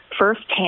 firsthand